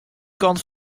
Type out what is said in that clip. kant